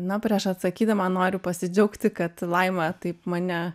na prieš atsakydama noriu pasidžiaugti kad laima taip mane